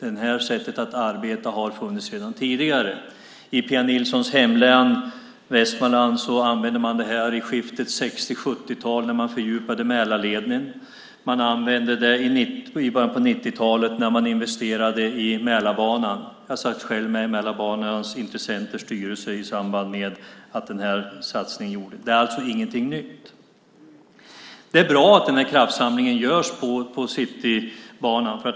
Detta sätt att arbeta har funnits redan tidigare. I Pia Nilssons hemlän Västmanland använde man detta på 1960 och 1970-talen när man fördjupade Mälarleden. Man använde det i början av 1990-talet när man investerade i Mälarbanan. Jag satt själv med i Mälarbanans intressenters styrelse i samband med att den här satsningen gjordes. Det är alltså ingenting nytt. Det är bra att denna kraftsamling på Citybanan görs.